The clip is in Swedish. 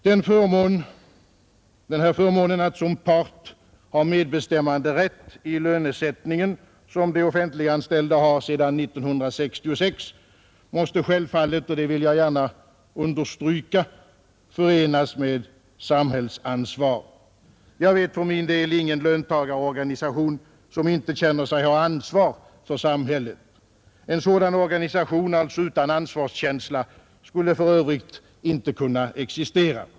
Denna förmån att som part ha medbestämmanderätt i lönesättningen, som de offentliganställda har sedan år 1966, måste självfallet — det vill jag gärna understryka — förenas med samhällsansvar. Jag vet för min del ingen löntagarorganisation som inte känner sig ha ett ansvar för samhället. En organisation utan ansvarskänsla för samhället skulle för Övrigt inte kunna existera.